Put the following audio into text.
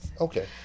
Okay